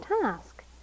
task